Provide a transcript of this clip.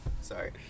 Sorry